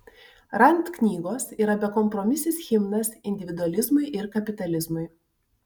rand knygos yra bekompromisis himnas individualizmui ir kapitalizmui